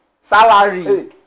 Salary